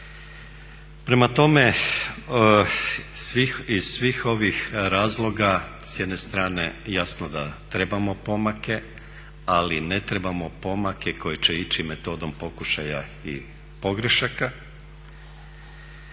Prema tome, iz svih ovih razloga s jedne strane jasno da trebamo pomake, ali ne trebamo pomake koji će ići metodom pokušaja i pogrešaka.